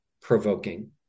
provoking